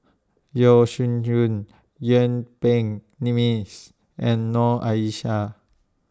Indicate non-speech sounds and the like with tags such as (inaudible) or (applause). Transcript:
Yeo Shih Yun Yuen Peng (unintelligible) and Noor Aishah